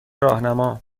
راهنما